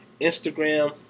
Instagram